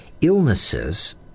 illnesses